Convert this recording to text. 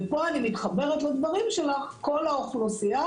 ופה אני מתחברת לדברים שלך כל האוכלוסייה,